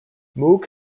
moog